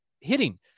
hitting